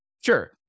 Sure